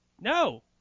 No